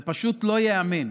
זה פשוט לא ייאמן